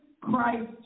Christ